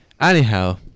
anyhow